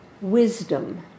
wisdom